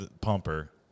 pumper